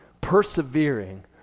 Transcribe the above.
persevering